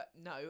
no